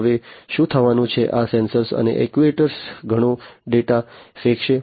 હવે શું થવાનું છે આ સેન્સર્સ અને એક્ટ્યુએટર્સ ઘણો ડેટા ફેંકશે